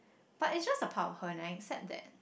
but is just a part of her and I accept that